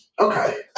okay